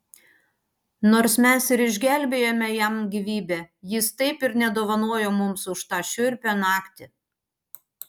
nors mes ir išgelbėjome jam gyvybę jis taip ir nedovanojo mums už tą šiurpią naktį